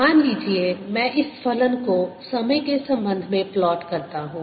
मान लीजिए मैं इस फलन को समय के संबंध में प्लॉट करता हूं